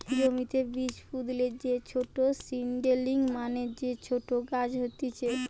জমিতে বীজ পুতলে যে ছোট সীডলিং মানে যে ছোট গাছ হতিছে